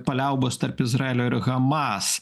paliaubos tarp izraelio ir hamas